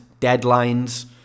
deadlines